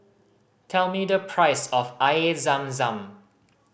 tell me the price of Air Zam Zam